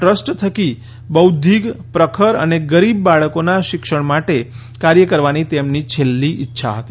trust થકી બૌદ્ધિક પ્રખર અને ગરીબ બાળકોના શિક્ષણ માટે કાર્ય કરવાની તેમની છેલ્લી ઈચ્છા હતી